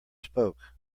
spoke